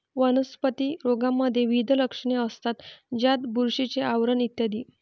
वनस्पती रोगांमध्ये विविध लक्षणे असतात, ज्यात बुरशीचे आवरण इ